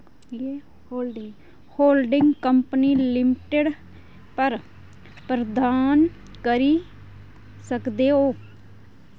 holding company limited पर प्रदान करी सकदे ओ